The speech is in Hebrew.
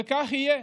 וכך יהיה.